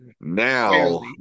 Now